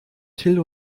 till